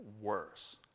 worse